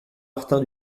martin